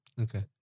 Okay